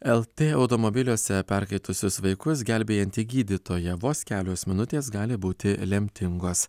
lt automobiliuose perkaitusius vaikus gelbėjanti gydytoja vos kelios minutės gali būti lemtingos